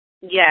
Yes